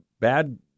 bad